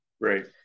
right